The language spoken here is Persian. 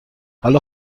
حالا